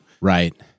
Right